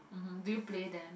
mmhmm do you play them